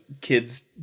kids